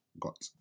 got